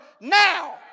now